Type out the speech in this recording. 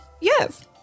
Yes